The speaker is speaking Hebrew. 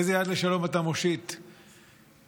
איזה יד לשלום אתה מושיט, נתניהו?